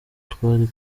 twari